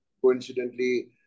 coincidentally